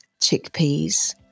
chickpeas